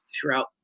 throughout